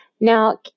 Now